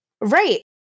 Right